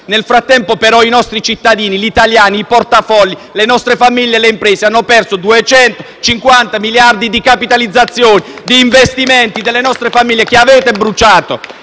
Nel frattempo, però, i nostri cittadini, gli italiani, i portafogli, le nostre famiglie e le imprese hanno perso 250 miliardi di capitalizzazione, di investimenti delle nostre famiglie che avete bruciato